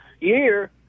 Year